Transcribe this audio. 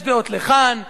יש דעות לכאן ולכאן,